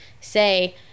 say